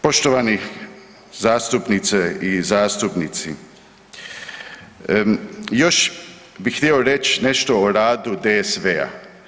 Poštovani zastupnice i zastupnici, još bih htio reć nešto o radu DSV-a.